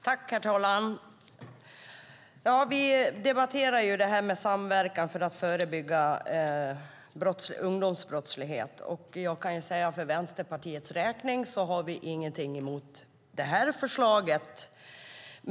Herr talman! Nu debatterar vi samverkan för att förebygga ungdomsbrottslighet. Vi i Vänsterpartiet har ingenting emot det här förslaget.